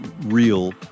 real